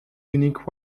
unique